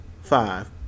five